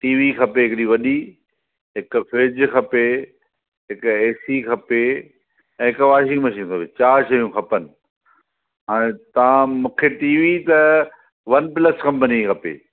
TV खपे हिकिॾी वॾी हिकु फ्रिज़ खपे हिकु एसी खपे ऐं हिकु वॉशिंग मशीन खपे चारि शयूं खपनि हाणे तव्हां मूंखे टीवी त वन प्लस कंपनी जी खपे